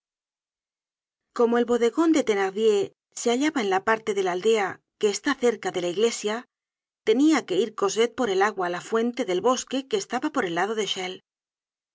como el bodegon de thenardier se hallaba en la parte de la aldea que está cerca de la iglesia tenia que ir cosette por el agua á la fuente del bosque que estaba por el lado de chelles